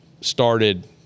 started